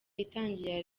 itangira